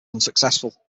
unsuccessful